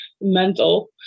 mental